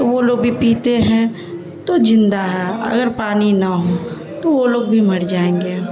تو وہ لوگ بھی پیتے ہیں تو زندہ ہیں اگر پانی نہ ہو تو وہ لوگ بھی مر جائیں گے